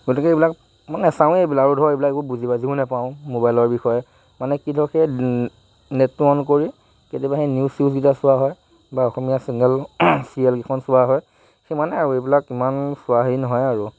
গতিকে এইবিলাক মই নাচাওঁৱে এইবিলাক আৰু ধৰ এইবিলাক একো বুজি বাজিও নেপাওঁ মবাইলৰ বিষয়ে মানে কি ধৰ নেটটো অন কৰি কেতিয়াবা সেই নিউজ চিউজ কিটা চোৱা হয় বা অসমীয়া চেনেল ছিৰিয়েল কিখন চোৱা হয় সিমানে আৰু এইবিলাক ইমান চোৱা হেৰি নহয় আৰু